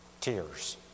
tears